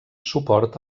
suport